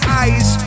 eyes